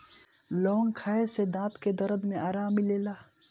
लवंग खाए से दांत के दरद में आराम मिलेला